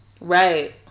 Right